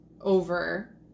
over